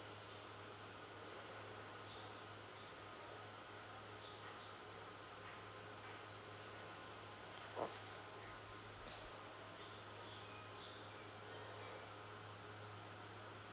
oh